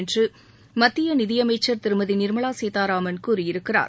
என்று மத்திய நிதியமைச்சர் திருமதி நிர்மலா சீதாராமன் கூறியிருக்கிறார்